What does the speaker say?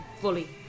fully